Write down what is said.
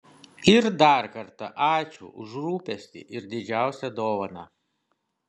ir dar kartą ačiū už rūpestį ir didžiausią dovaną